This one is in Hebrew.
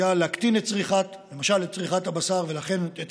שעשויה להקטין למשל את צריכת הבשר ולכן את